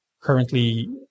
currently